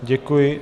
Děkuji.